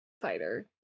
fighter